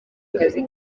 akazi